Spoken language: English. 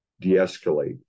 de-escalate